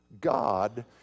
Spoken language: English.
God